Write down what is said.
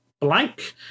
blank